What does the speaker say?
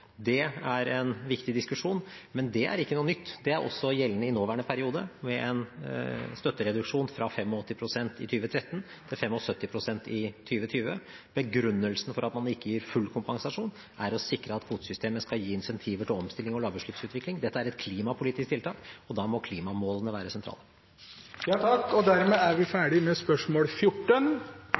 er en viktig diskusjon, men det er ikke noe nytt. Det er også gjeldende i nåværende periode med en støttereduksjon fra 85 pst. i 2013 til 75 pst. i 2020. Begrunnelsen for at man ikke gir full kompensasjon, er å sikre at kvotesystemet skal gi incentiver til omstilling og lavutslippsutvikling. Dette er et klimapolitisk tiltak, og da må klimamålene være sentrale. «For å sikre framtidig kraftforsyning i Øst-Finnmark er